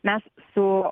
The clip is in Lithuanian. mes su